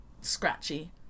scratchy